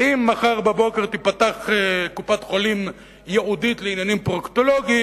ואם מחר בבוקר תיפתח קופת-חולים ייעודית לעניינים פרוקטולוגיים,